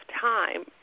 time